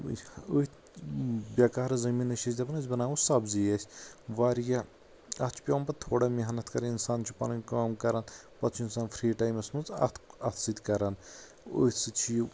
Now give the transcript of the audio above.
أتھۍ بےٚ کار زٔمیٖنس چھِ أسۍ دپان أسۍ بناوو سبٕزی أسۍ واریاہ اتھ چھُ پیٚوان پتہٕ تھوڑا محنت کرٕنۍ انسان چھُ پنٕنۍ کٲم کران پتہٕ چھُ انسان فری ٹایمس منٛز اتھ اتھ سۭتۍ کران أتھۍ سۭتۍ چھُ یہِ